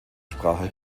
sprache